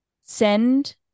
send